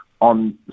on